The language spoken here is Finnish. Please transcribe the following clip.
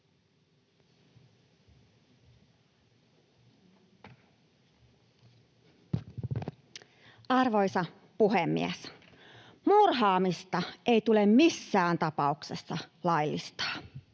Arvoisa puhemies! Murhaamista ei tule missään tapauksessa laillistaa.